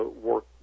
work